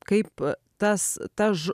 kaip tas ta ž